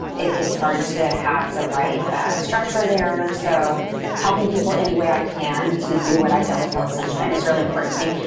it's hard to have the right structure there. so helping people any way i can to do what i've done with hello sunshine is really important to me.